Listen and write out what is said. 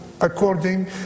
according